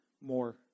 more